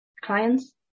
clients